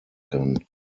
kann